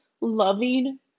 loving